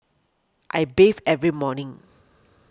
I bathe every morning